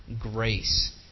grace